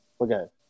Okay